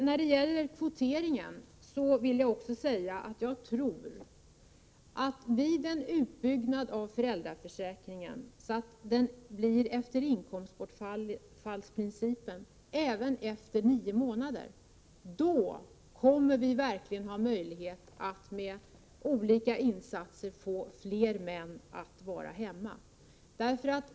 När det gäller kvoteringen vill jag också säga att jag tror att vid en utbyggnad av föräldraförsäkringen så att den efter inkomstbortfallsprincipen gäller även efter nio månader, så kommer vi verkligen att ha möjlighet att med olika insatser få fler män att vara hemma.